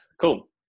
Cool